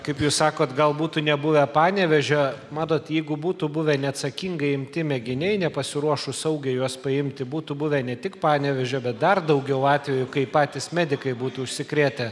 kaip jūs sakot gal būtų nebuvę panevėžio matot jeigu būtų buvę neatsakingai imti mėginiai nepasiruošus saugiai juos paimti būtų buvę ne tik panevėžio bet dar daugiau atvejų kai patys medikai būtų užsikrėtę